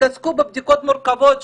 שיתעסקו בבדיקות מורכבות,